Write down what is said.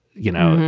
you know,